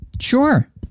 Sure